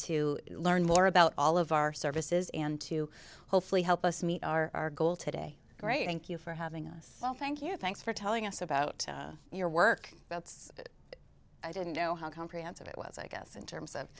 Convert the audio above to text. to learn more about all of our services and to hopefully help us meet our goal today great thank you for having us all thank you thanks for telling us about your work that's i didn't know how comprehensive it was i guess in terms of